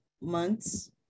months